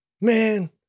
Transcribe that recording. Man